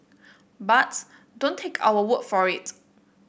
but don't take our word for it